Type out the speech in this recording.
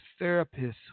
therapists